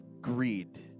greed